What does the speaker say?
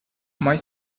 might